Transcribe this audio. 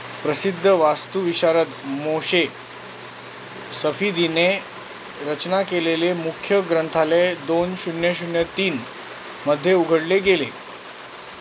प्रसिद्ध वास्तुविशारद मोशे सफीदिने रचना केलेले मुख्य ग्रंथालय दोन शून्य शून्य तीनमध्ये उघडले गेले